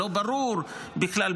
לא ברור בכלל.